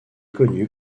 connu